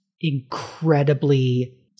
incredibly